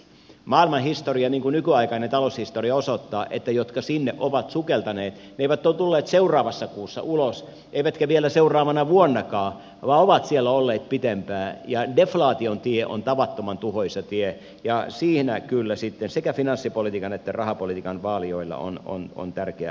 maailman nykyaikainen taloushistoria osoittaa että jotka sinne ovat sukeltaneet eivät ole tulleet seuraavassa kuussa ulos eivätkä vielä seuraavana vuonnakaan vaan ovat siellä olleet pitempään ja deflaation tie on tavattoman tuhoisa tie ja siinä kyllä sitten sekä finanssipolitiikan että rahapolitiikan vaalijoilla on tärkeä tehtävä